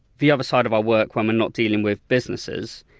the other side of our work, when we're not dealing with businesses,